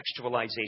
contextualization